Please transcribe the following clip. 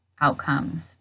outcomes